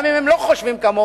גם אם הם לא חושבים כמוך,